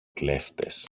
κλέφτες